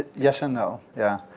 yes and no. yeah.